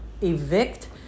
evict